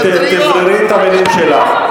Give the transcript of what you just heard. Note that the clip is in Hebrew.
תבררי את המלים שלך.